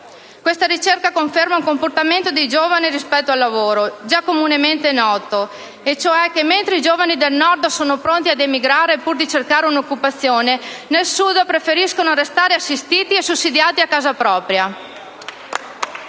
Questa ricerca conferma un comportamento dei giovani rispetto al lavoro già comunemente noto, e cioè che mentre i giovani del Nord sono pronti ad emigrare pur di cercare un'occupazione, nel Sud preferiscono restare assistiti e sussidiati a casa propria.